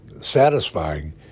satisfying